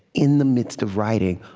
in the midst of writing,